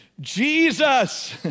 Jesus